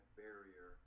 barrier